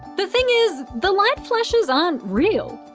the thing is, the light flashes aren't real.